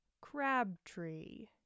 Crabtree